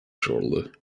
shoulder